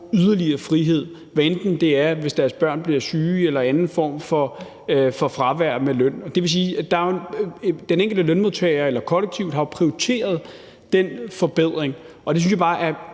yderligere frihed, hvad enten det er, hvis deres børn bliver syge, eller det er anden form for fravær med løn. Og det vil sige, at den enkelte lønmodtager, eller kollektivet, har prioriteret den forbedring. Og det synes jeg bare er